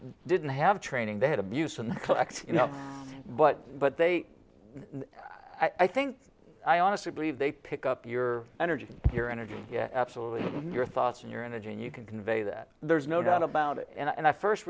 didn't have training they had abuse and neglect you know but but they i think i honestly believe they pick up your energy your energy absolutely your thoughts and your energy and you can convey that there's no doubt about it and i